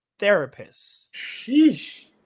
therapists